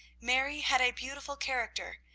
mary had a beautiful character,